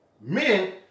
men